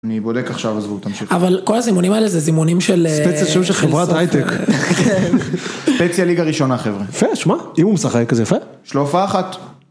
-אני בודק עכשיו, עזבו, תמשיך. -אבל כל הזימונים האלה, זה זימונים של חברת הייטק. -ספציה ליגה ראשונה, חבר'ה. -יפה, שמע. אם הוא משחק, זה יפה. -יש לו הופעה אחת